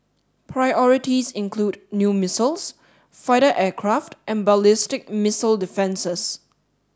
priorities include new missiles fighter aircraft and ballistic missile defences